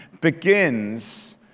begins